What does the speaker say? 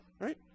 Right